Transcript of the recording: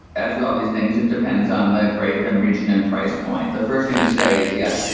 as with all these things, it depends on the grape and region and price point. the first thing to say is yes,